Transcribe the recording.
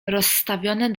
rozstawione